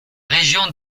région